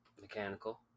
mechanical